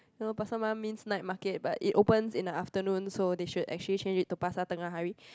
no pasar malam means night market but it opens in the afternoon so they should actually change it to pasar tengah hari